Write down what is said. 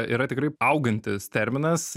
yra tikrai augantis terminas